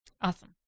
Awesome